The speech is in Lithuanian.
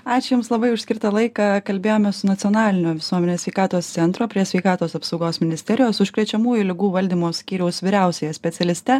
ačiū jums labai už skirtą laiką kalbėjome su nacionalinio visuomenės sveikatos centro prie sveikatos apsaugos ministerijos užkrečiamųjų ligų valdymo skyriaus vyriausiąja specialiste